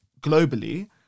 globally